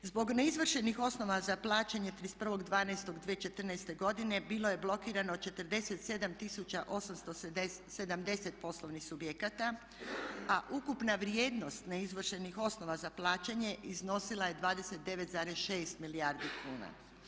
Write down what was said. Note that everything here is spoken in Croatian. Zbog neizvršenih osnova za plaćanje 31.12.2014. godine bilo je blokirano 47 870 poslovnih subjekata, a ukupna vrijednost neizvršenih osnova za plaćanje iznosila je 29,6 milijardi kuna.